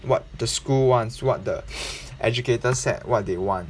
what the school wants what the educators set what they want